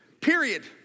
Period